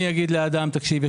אני אגיד לאדם תקשיב,